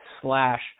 slash